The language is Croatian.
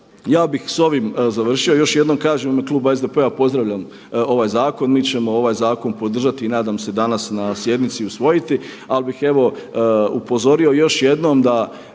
ja bih sa ovim završio. Još jednom kažem u ime Kluba SDP-a pozdravljam ovaj zakon. Mi ćemo ovaj zakon podržati i nadam se danas na sjednici usvojiti. Ali bih evo upozorio još jednom da